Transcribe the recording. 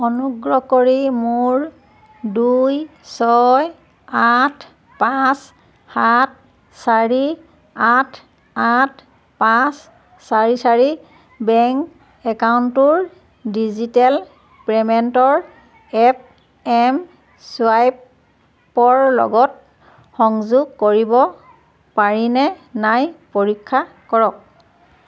অনুগ্ৰহ কৰি মোৰ দুই ছয় আঠ পাঁচ সাত চাৰি আঠ আঠ পাঁচ চাৰি চাৰি বেংক একাউণ্টটোৰ ডিজিটেল পে'মেণ্টৰ এপ এম চুৱাইপৰ লগত সংযোগ কৰিব পাৰিনে নাই পৰীক্ষা কৰক